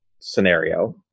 scenario